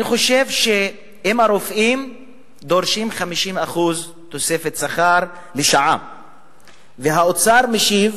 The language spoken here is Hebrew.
אני חושב שאם הרופאים דורשים 50% תוספת שכר לשנה והאוצר משיב